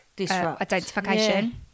identification